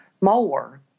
more